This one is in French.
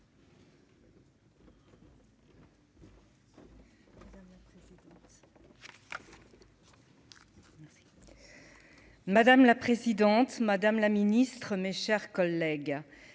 Madame la présidente, madame la ministre, mes chers collègues,